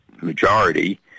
majority